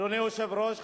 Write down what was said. אדוני היושב-ראש,